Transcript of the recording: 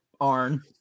Arn